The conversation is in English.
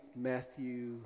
Matthew